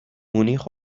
مونیخ